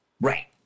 Right